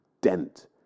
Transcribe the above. dent